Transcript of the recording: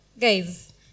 guys